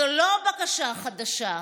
זאת לא בקשה חדשה.